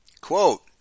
quote